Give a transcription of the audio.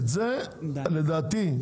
לדעתי,